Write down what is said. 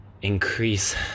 Increase